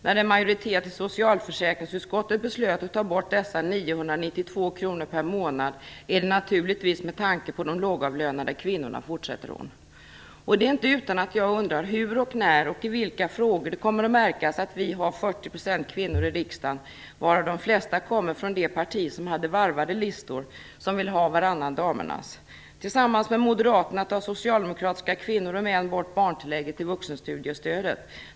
"När en majoritet i socialförsäkringsutskottet beslöt att ta bort dessa 992 kronor per månad, är det naturligtvis särskilt med tanke på de lågavlönade kvinnorna!" fortsätter hon. Det är inte utan att jag undrar hur och när och i vilka frågor det kommer att märkas att vi har 40 % kvinnor i riksdagen, varav de flesta kommer från det parti som hade varvade listor och som vill ha varannan damernas. Tillsammans med Moderaterna tar socialdemokratiska kvinnor och män bort barntillägget i vuxenstudiestödet.